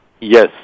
Yes